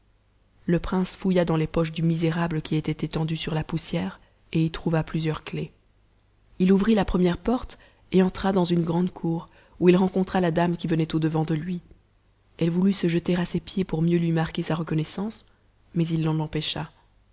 le prince fouilla dans les poches du misérable qui était étendu sur la poussière et y trouva plusieurs clefs ii ouvrit la première porte et entra dans une grande cour où il rencontra la dame qui venait au-devant de lui elle voulut se jeter à ses pieds pour mieux lui marquer sa reconnaissance mais il l'en empêcha